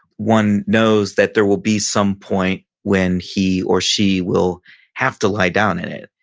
one knows that there will be some point when he or she will have to lie down in it.